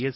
S